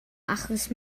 achos